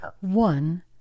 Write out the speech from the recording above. one